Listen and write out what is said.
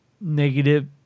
negative